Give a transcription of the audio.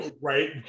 right